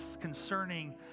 concerning